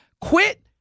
quit